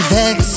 vex